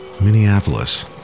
Minneapolis